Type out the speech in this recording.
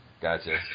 Gotcha